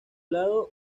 lado